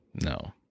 No